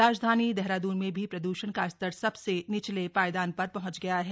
राजधानी देहरादन में भी प्रद्रषण का स्तर सबसे निचले पायदान पर पहुंच गया है